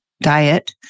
diet